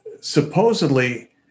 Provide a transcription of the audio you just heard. supposedly